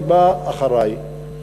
שבא אחרי.